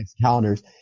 calendars